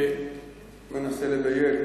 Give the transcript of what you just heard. אני מנסה לדייק,